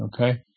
okay